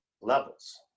levels